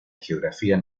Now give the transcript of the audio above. geografía